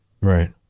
Right